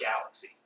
galaxy